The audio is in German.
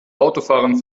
autofahrern